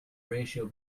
ratio